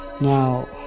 now